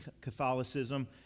Catholicism